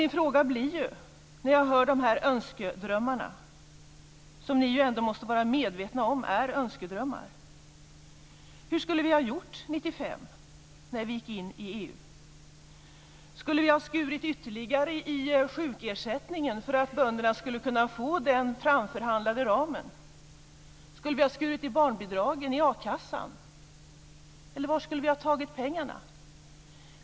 Min fråga blir, när jag hör de här önskedrömmarna som ni ju ändå måste vara medvetna om är önskedrömmar: Hur skulle vi ha gjort 1995 när vi gick in i EU? Skulle vi ha skurit ytterligare i sjukersättningen för att bönderna skulle ha kunnat få den framförhandlade ramen? Skulle vi ha skurit i barnbidragen, i a-kassan? Eller var skulle vi ha tagit pengarna?